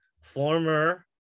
former